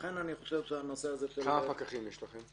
לכן אני חושב שהנושא הזה --- כמה פקחים יש לכם?